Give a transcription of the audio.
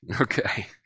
okay